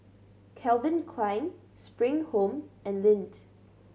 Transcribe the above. Calvin Klein Spring Home and Lindt